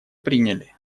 приняли